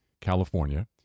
california